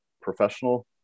professional